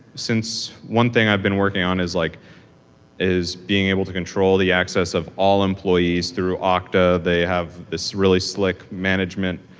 since one thing i've been working on is like is being able to control the access of all employees through ah okta. they have this really slick management,